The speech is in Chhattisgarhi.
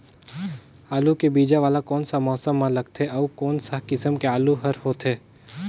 आलू के बीजा वाला कोन सा मौसम म लगथे अउ कोन सा किसम के आलू हर होथे?